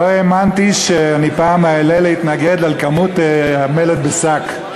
לא האמנתי שאני פעם אעלה להתנגד לכמות המלט בשק,